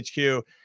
HQ